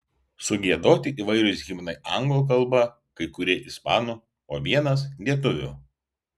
sugiedoti įvairūs himnai anglų kalba kai kurie ispanų o vienas lietuvių